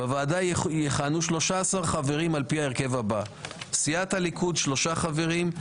בוועדה יכהנו 13 חברים על פי ההרכב הבא: סיעת הליכוד שלושה חברים;